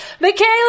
Michaela